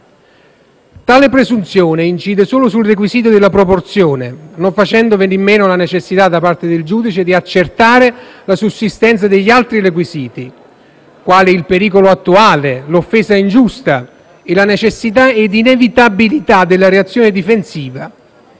Tale presunzione incide solo sul requisito della proporzione, non facendo venir meno la necessità da parte del giudice di accertare la sussistenza degli altri requisiti quali il pericolo attuale, l'offesa ingiusta e la necessità ed inevitabilità della reazione difensiva